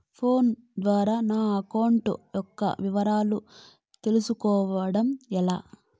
Phone ద్వారా నా account యొక్క వివరాలు తెలుస్కోవడం ఎలా?